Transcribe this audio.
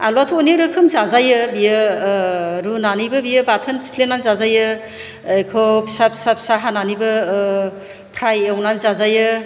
आलुआथ' अनेक रोखोम जाजायो बेयो रुनानैबो बेयो बाथोन सिफ्लेनानै जाजायो बेखौ फिसा फिसा हानानैबो ओ फ्राइ एवना जाजायो